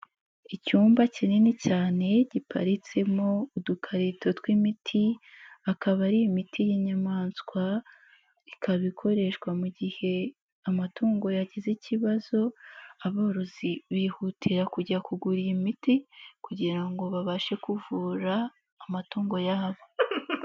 Icyumba kinini cyane giparitsemo udukarito tw'imiti akaba ari imiti y'inyamaswa, ikaba ikoreshwa mu gihe amatungo yagize ikibazo, aborozi bihutira kujya kugura iyi miti kugira ngo babashe kuvura amatungo yabo.